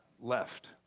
left